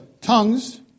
tongues